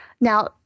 Now